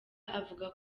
avuga